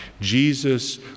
Jesus